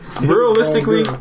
Realistically